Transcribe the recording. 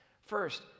First